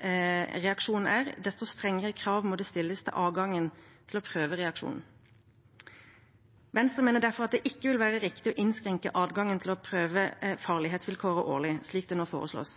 reaksjonen er, desto strengere krav må stilles til adgangen til å prøve reaksjonen. Venstre mener derfor at det ikke vil være riktig å innskrenke adgangen til å prøve farlighetsvilkået årlig, slik det nå foreslås.